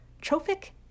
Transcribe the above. trophic